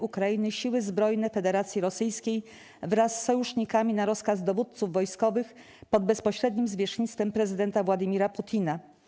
Ukrainy siły zbrojne Federacji Rosyjskiej wraz z sojusznikami na rozkaz dowódców wojskowych pod bezpośrednim zwierzchnictwem prezydenta Władimira Putina.